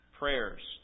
prayers